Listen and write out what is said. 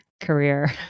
career